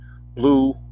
Blue